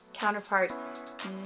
counterparts